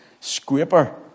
scraper